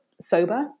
sober